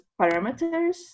parameters